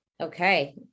Okay